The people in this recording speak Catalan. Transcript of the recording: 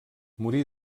morí